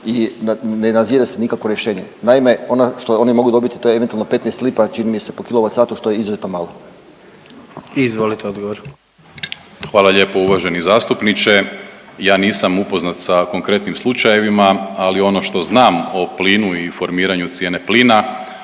i ne nazire se nikakvo rješenje. Naime, ono što oni mogu dobiti to je eventualno 15 lipa čini mi se po kWh što je izuzetno malo. **Jandroković, Gordan (HDZ)** I izvolite odgovor. **Primorac, Marko** Hvala lijepo uvaženi zastupniče. Ja nisam upoznat sa konkretnim slučajevima, ali ono što znam o plinu i formiranju cijene plina